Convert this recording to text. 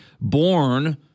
born